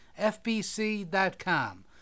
fbc.com